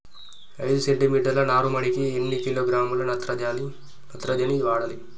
ఐదు సెంటిమీటర్ల నారుమడికి ఎన్ని కిలోగ్రాముల నత్రజని వాడాలి?